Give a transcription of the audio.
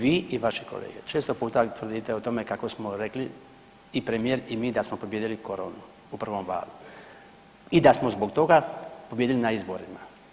Vi i vaši kolege često puta tvrdite o tome kako smo rekli i premijer i mi da smo pobijedili koronu u prvom valu i da smo zbog toga pobijedili na izborima.